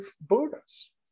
Buddhas